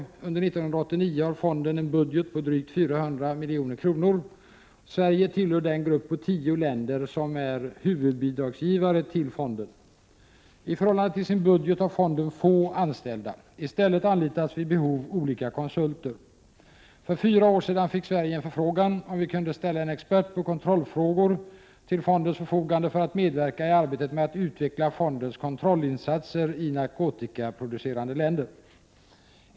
Under 1989 har fonden en budget på drygt 400 milj.kr. Sverige tillhör den grupp på tio länder som är huvudbidragsgivare till fonden. I förhållande till sin budget har fonden få anställda. I stället anlitas vid behov olika konsulter. För fyra år sedan fick Sverige en förfrågan om vi kunde ställa en expert på kontrollfrågor till fondens förfogande för att medverka i arbetet att utveckla fondens kontrollinsatser i narkotikaproducerande länder.